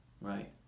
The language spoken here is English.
right